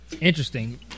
Interesting